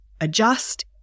adjust